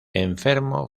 enfermo